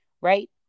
right